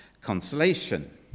consolation